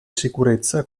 sicurezza